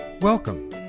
Welcome